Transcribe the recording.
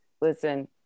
listen